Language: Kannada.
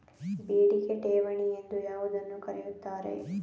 ಬೇಡಿಕೆ ಠೇವಣಿ ಎಂದು ಯಾವುದನ್ನು ಕರೆಯುತ್ತಾರೆ?